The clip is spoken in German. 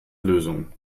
lösung